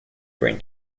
brain